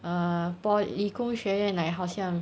ah boy